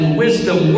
wisdom